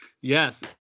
Yes